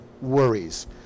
worries